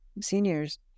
seniors